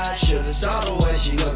should've saw the way she